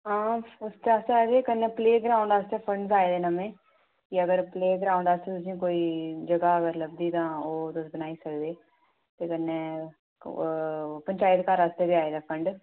हां उसदे आस्तै आए दे ते कन्नै प्लेग्राउंड आस्तै फंडज आए दे नमें कि अगर प्लेग्राउंड आस्तै तुसें ई कोई जगह् अगर लभदी तां ओह् तुस बनाई सकदे ते कन्नै ओ पंचाइत घर आस्तै बी आए दे फंडज